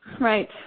Right